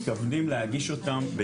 אנחנו מתכוונים להגיש אותם,